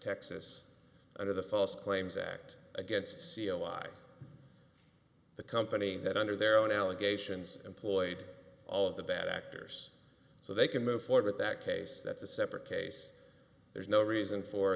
texas under the false claims act against c o i the company that under their own allegations employed all of the bad actors so they can move forward that case that's a separate case there's no reason for